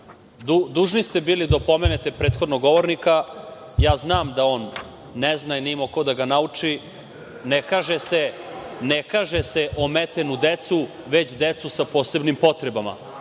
ste bili da opomenete prethodnog govornika. Znam da on ne zna i nije imao ko da ga nauči, ne kaže se – ometenu decu, već – decu sa posebnim potrebama